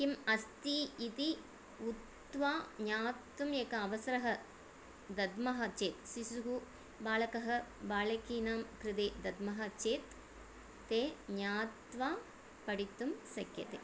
किम् अस्ति इति उक्त्वा ज्ञातुम् एकः अवसरः दद्मः चेत् शिशुः बालकः बालकीनां कृते दद्मः चेत् ते ज्ञात्वा पठितुं शक्यते